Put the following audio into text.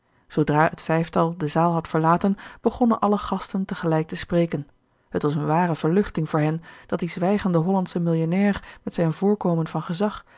zoodra het vijftal de zaal had verlaten begonnen alle gasten te gelijk te spreken het was een ware verluchting voor hen dat die zwijgende hollandsche millionnair met zijn voorkomen van gezag